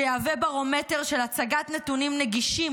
שיהווה ברומטר של הצגת נתונים נגישים